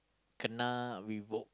kena revoke